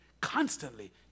constantly